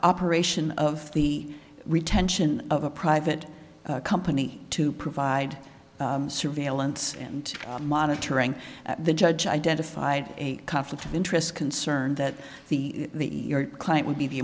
operation of the retention of a private company to provide surveillance and monitoring the judge identified a conflict of interest concern that the client would be the